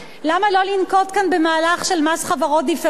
למה לא לנקוט כאן מהלך של מס חברות דיפרנציאלי?